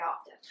often